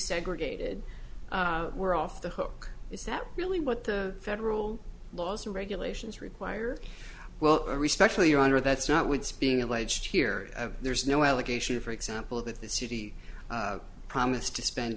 segregated we're off the hook is that really what the federal laws and regulations require well a respect for your honor that's not what's being alleged here there's no allegation for example that the city promised to spend